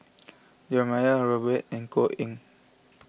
Jeremiah Robert Yeo and Koh Eng Hoon